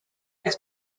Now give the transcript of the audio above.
his